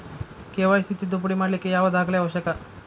KYC ತಿದ್ದುಪಡಿ ಮಾಡ್ಲಿಕ್ಕೆ ಯಾವ ದಾಖಲೆ ಅವಶ್ಯಕ?